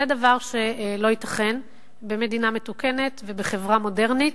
זה דבר שלא ייתכן במדינה מתוקנת ובחברה מודרנית,